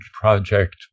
project